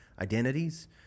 identities